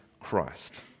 Christ